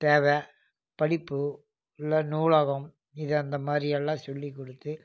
தேவை படிப்பு இல்லை நூலகம் இது அந்த மாதிரி எல்லாம் சொல்லி கொடுத்து